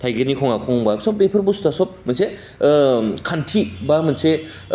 थाइगिरनि खङा खंबा सब बेफोर बुस्थुआ सब मोनसे खान्थि बा मोनसे